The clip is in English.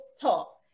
Talk